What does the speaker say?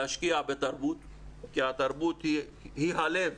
להשקיע בתרבות כי התרבות היא הלב